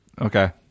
Okay